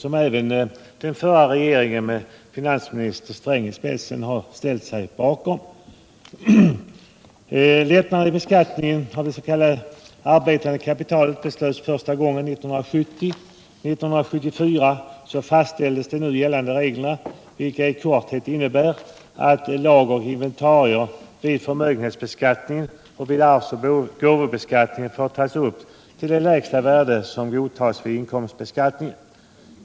Och även den förra regeringen, med finansminister Sträng i spetsen, har uttalat sig positivt för ett sådant system. Lättnader i beskattningen av det s.k. arbetande kapitalet beslöts första gången 1970. År 1974 fastställdes nu gällande regler, vilka i korthet in nebär att lager och inventarier vid förmögenhetsbeskattning samt vid Nr 56 ay och gåvobeskattning får tas: upp till det lägsta värde som godtas Lördagen den vid inkomstbeskattningen.